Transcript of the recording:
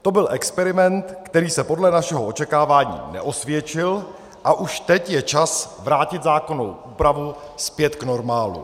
To byl experiment, který se podle našeho očekávání neosvědčil, a už teď je čas vrátit zákonnou úpravu zpět k normálu.